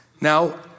now